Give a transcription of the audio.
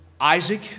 Isaac